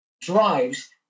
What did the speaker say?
drives